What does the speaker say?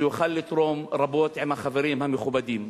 שהוא יוכל לתרום רבות עם החברים המכובדים.